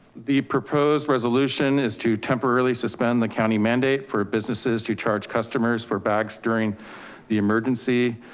the proposed resolution is to temporarily suspend the county mandate for businesses to charge customers for bags during the emergency.